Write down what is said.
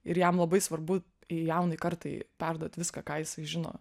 ir jam labai svarbu jaunai kartai perduot viską ką jisai žino